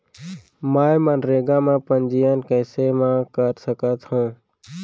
मैं मनरेगा म पंजीयन कैसे म कर सकत हो?